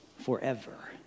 forever